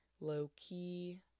low-key